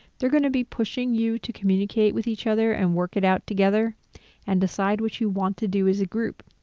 they're going to be pushing you to communicate with each other and work it out together and decide what you want to do as a group.